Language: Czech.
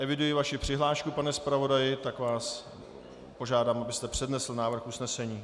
Eviduji vaši přihlášku, pane zpravodaji, tak vás požádám, abyste přednesl návrh usnesení.